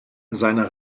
seiner